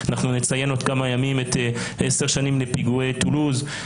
אנחנו נציין בעוד כמה ימים עשר שנים לפיגועי טולוז,